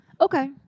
Okay